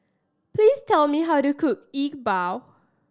please tell me how to cook E Bua